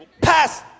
pass